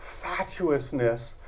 fatuousness